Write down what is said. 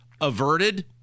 averted